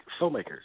filmmakers